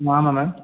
ஆமாம் மேம்